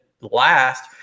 last